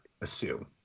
assume